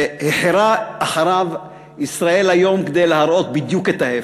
והחרה אחריו "ישראל היום" כדי להראות בדיוק את ההפך,